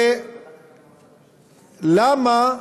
ולמה,